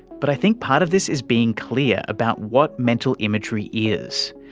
but i think part of this is being clear about what mental imagery is.